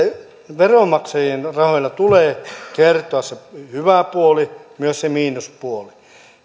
veronmaksajien rahoilla tulee kertoa se hyvä puoli myös se miinus puoli